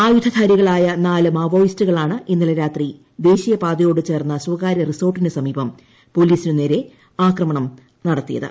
ആയുധ ധാരികളായ നാല് മാവോയിസ്റ്റുകളാണ് ഇന്നലെ രാത്രി ദേശീയ പാതയോട് ചേർന്ന സ്വകാര്യ റിസോർട്ടിനു സമീപം പോലീസിനുനേരെ ആക്രമണം നടത്തിയത്